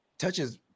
touches